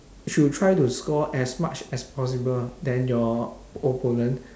should try to score as much as possible than your opponent